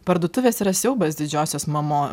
parduotuvės yra siaubas didžiosios mamom